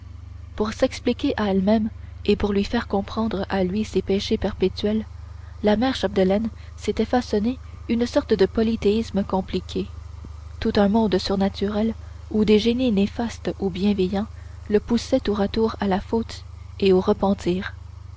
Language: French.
pour s'expliquer à elle-même et pour lui faire comprendre à lui ses péchés perpétuels la mère chapdelaine s'était façonné une sorte de polythéisme compliqué tout un monde surnaturel où des génies néfastes ou bienveillants le poussaient tour à tour à la faute et au repentir